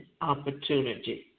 Opportunity